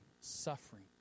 suffering